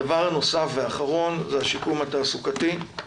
הדבר הנוסף והאחרון זה השיקום התעסוקתי.